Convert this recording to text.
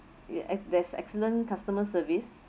ya and that's excellent customer service